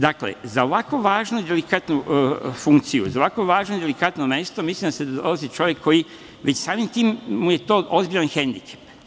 Dakle, za ovako važnu i delikatnu funkciju, za ovako važno i delikatno mesto, mislim da dolazi čovek koji, već samim tim mu je to ozbiljan hendikep.